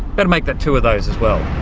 but make that two of those as well.